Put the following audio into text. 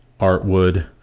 Artwood